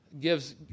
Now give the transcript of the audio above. gives